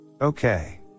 Okay